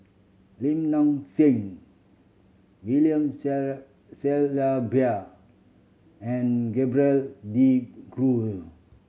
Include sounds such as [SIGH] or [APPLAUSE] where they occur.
Lim Nang Seng William [UNINTELLIGIBLE] Shellabear and Gerald De Cru